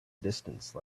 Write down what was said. distance